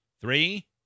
three